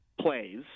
plays